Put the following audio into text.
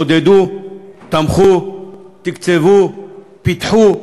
עודדו, תמכו, תקצבו, פיתחו.